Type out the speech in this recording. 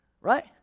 right